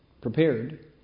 prepared